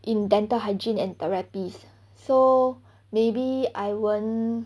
in dental hygiene and therapists so maybe I won't